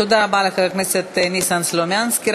תודה רבה לחבר הכנסת ניסן סלומינסקי.